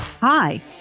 Hi